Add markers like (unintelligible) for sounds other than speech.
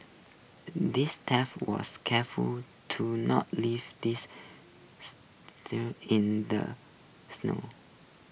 this thief was careful to not leave this (unintelligible) in the snow